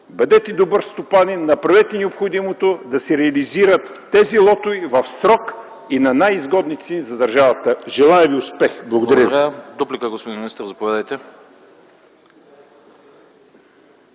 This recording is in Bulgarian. Бъдете добър стопанин, направете необходимото да се реализират тези лотове в срок и на най-изгодни цени за държавата. Желая Ви успех. Благодаря